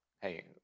hey